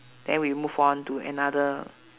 then we move on to another